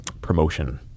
promotion